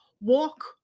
walk